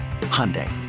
Hyundai